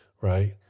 right